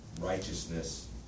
righteousness